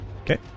Okay